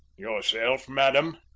yourself, madam?